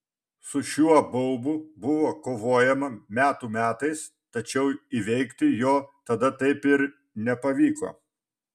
su šiuo baubu buvo kovojama metų metais tačiau įveikti jo tada taip ir nepavyko